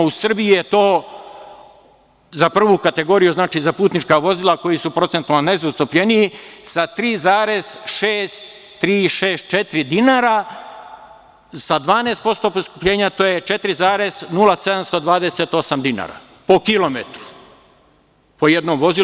U Srbiji je to za prvu kategoriju, za putnička vozila koji su procentualno najzastupljeniji, sa 3,6364 dinara sa 12% poskupljenja to je 4,0728 dinara po kilometru, po jednom vozilu.